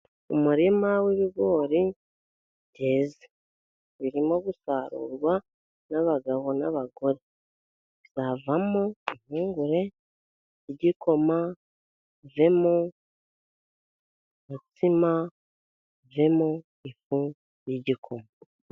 Umurima wibigori byeze. Birimo gusarurwa n'abagabo n'abagore. Bizavamo impungure, igikoma, bivemo umutsima, bivemo ifu y'igikoma.